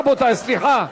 רבותי, סליחה.